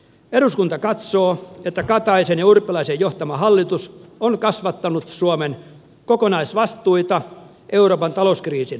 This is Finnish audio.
eduskunta katsoo että kataisen ja urpilaisen johtama hallitus on kasvattanut suomen kokonaisvastuita euroopan talouskriisin hoidossa